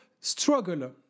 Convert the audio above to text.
struggle